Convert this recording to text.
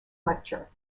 lecture